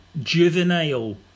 juvenile